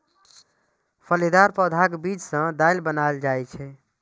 फलीदार पौधाक बीज सं दालि बनाएल जाइ छै